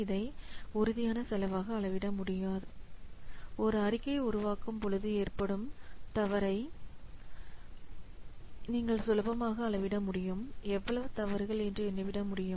இதை உறுதியான செலவாக அளவிட முடியும் ஒரு அறிக்கை உருவாக்கும் பொழுது ஏற்படும் தவறை நீங்கள் சுலபமாக அளவிட முடியும் எவ்வளவு தவறுகள் என்று எண்ணிவிட முடியும்